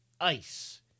ice